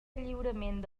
lliurament